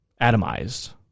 atomized